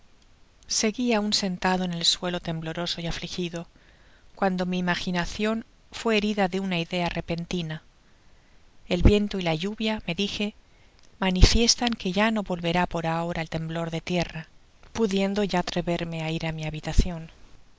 seguia aun sentado en el suelo tembloroso y afligid cuando mi imaginacion fué herida de una idea repentina el viento y la lluvia me dije manifiestan que ya no volverá por ahora el temblor de tierra pudiendo ya atreverme á ir á mi habitacion